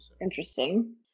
Interesting